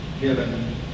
given